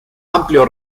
amplio